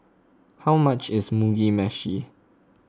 how much is Mugi Meshi